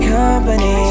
company